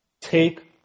take